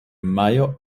majo